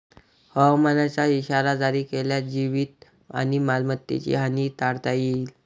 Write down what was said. हवामानाचा इशारा जारी केल्यास जीवित आणि मालमत्तेची हानी टाळता येईल